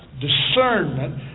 Discernment